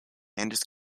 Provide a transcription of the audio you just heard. and